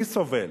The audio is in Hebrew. מי סובל?